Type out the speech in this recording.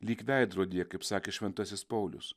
lyg veidrodyje kaip sakė šventasis paulius